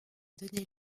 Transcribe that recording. donné